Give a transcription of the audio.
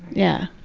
yeah,